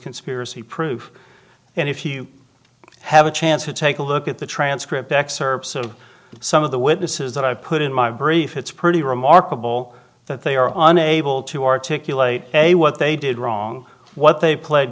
conspiracy proof and if you have a chance to take a look at the transcript excerpts of some of the witnesses that i put in my brief it's pretty remarkable that they are unable to articulate a what they did wrong what they pled